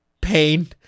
pain